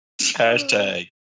Hashtag